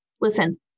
listen